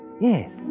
Yes